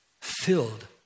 filled